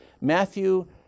Matthew